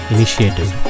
Initiative